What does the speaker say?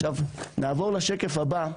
עכשיו נעבור לשקף הבא,